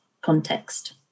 context